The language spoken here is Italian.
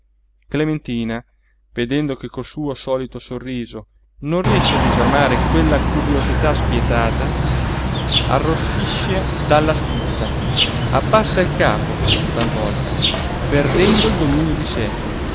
clementina vedendo che col suo solito sorriso non riesce a disarmare quella curiosità spietata arrossisce dalla stizza abbassa il capo talvolta perdendo il dominio di sé